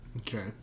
okay